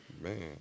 Man